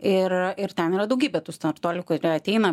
ir ir ten yra daugybė tų startuolių kurie ateina